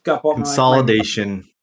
Consolidation